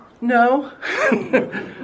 No